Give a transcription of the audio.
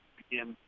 begin